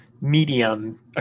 medium